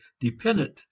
dependent